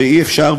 ואי-אפשר,